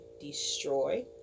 destroy